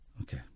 Okay